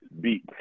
beat